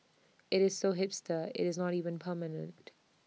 IT is so hipster IT is not even permanent